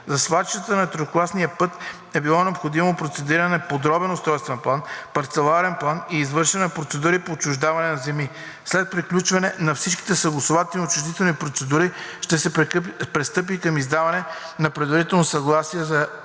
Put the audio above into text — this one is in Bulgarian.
За свлачищата на третокласния път е било необходимо процедиране на подробен устройствен план, парцеларен план и извършване на процедури по отчуждаване на земи. След приключване на всичките съгласувателни и учредителни процедури ще се пристъпи към издаване на предварително съгласие за